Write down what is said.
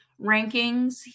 rankings